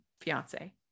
fiance